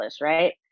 right